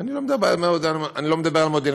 אני לא מדבר על מודיעין,